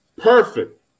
Perfect